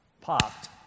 popped